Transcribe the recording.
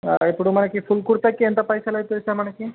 ఇప్పుడు మనకి ఫుల్ కుర్తాకి ఎంత పైసలవుతుంది సార్ మనకి